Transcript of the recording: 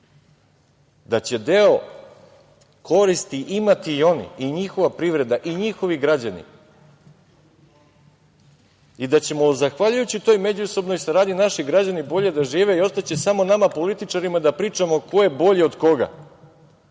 da će deo koristi imati i oni i njihova privreda i njihovi građani i da će zahvaljujući toj međusobnoj saradnji naši građani bolje da žive i da se samo nama političarima da pričamo ko je bolji od koga.